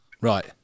Right